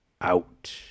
out